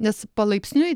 nes palaipsniui